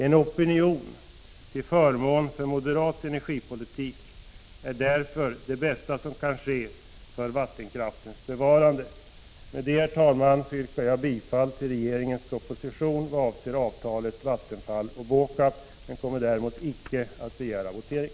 En opinion till förmån för moderat energipolitik är därför det bästa som kan ske för vattenkraftens bevarande. Med detta, herr talman, yrkar jag alltså bifall till propositionens förslag vad avser avtalet mellan Vattenfall och BÅKAB. Jag kommer däremot icke att begära votering.